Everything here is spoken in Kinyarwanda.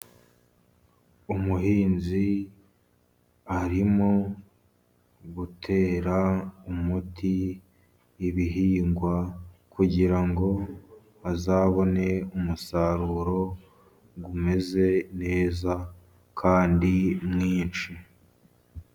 Umuhinzi arimo gutera umuti ibihingwa, kugira ngo bazabone umusaruro umeze neza kandi mwinshi.